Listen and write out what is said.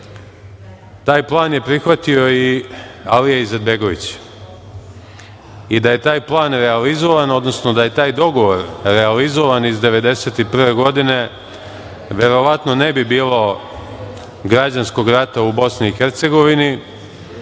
taj plan je prihvatio i Alija Izetbegović. I da je taj plan realizovan, odnosno da je taj dogovor realizovan iz 1991. godine, verovatno ne bi bilo građanskog rata u BiH,